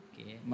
Okay